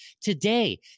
today